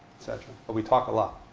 cetera. but we talk a lot.